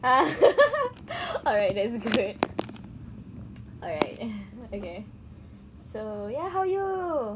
ah alright that's great alright okay so ya how you